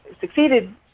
succeeded